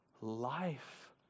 life